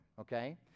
okay